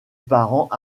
parents